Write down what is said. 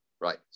Right